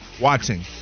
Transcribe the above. watching